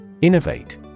Innovate